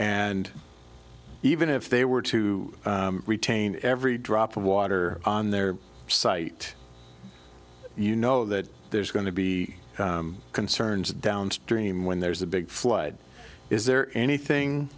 and even if they were to retain every drop of water on their site you know that there's going to be concerns downstream when there's a big flood is there anything